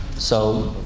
so,